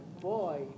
boy